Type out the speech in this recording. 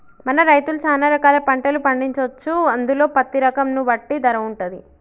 మన రైతులు సాన రకాల పంటలు పండించొచ్చు అందులో పత్తి రకం ను బట్టి ధర వుంటది